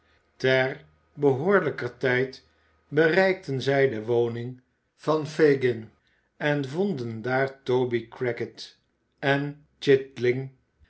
ter behoorlijker tijd bereikten zij de woning van fagin en vonden daar toby crackit en